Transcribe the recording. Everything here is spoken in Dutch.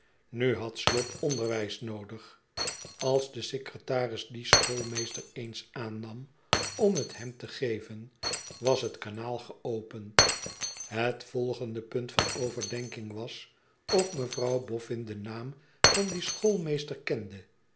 nu had slop onderwijs noodig als de secretaris dien schoolmeester eens aannam om het hem te geven was het kanaal geopend het volgende punt van overdenking was of mevrouw bofün den naam van dien schoolmeester kende